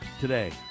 today